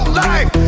life